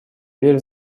дверь